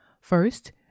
First